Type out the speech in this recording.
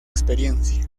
experiencia